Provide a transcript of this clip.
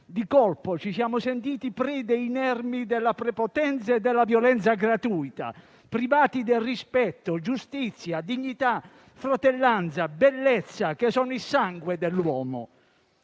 Di colpo ci siamo sentiti prede inermi della prepotenza e della violenza gratuita, privati di rispetto, giustizia, dignità, fratellanza e bellezza, che sono il sangue dell'uomo.